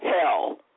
hell